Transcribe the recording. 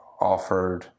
offered